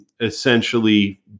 essentially